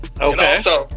Okay